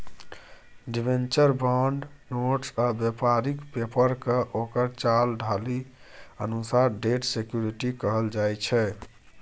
debenture, bond, notes आ बेपारिक पेपरकेँ ओकर चाल ढालि अनुसार डेट सिक्युरिटी कहल जाइ छै